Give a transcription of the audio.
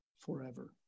forever